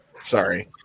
Sorry